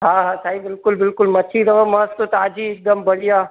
हा हा साईं बिल्कुलु बिल्कुलु मछी अथव मस्तु ताज़ी हिकदमि बढ़िया